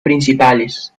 principales